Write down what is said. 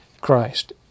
Christ